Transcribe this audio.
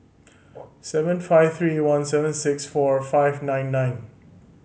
seven five three one seven six four five nine nine